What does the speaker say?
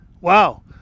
Wow